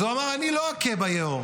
אז הוא אמר: אני לא אכה ביאור.